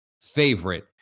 favorite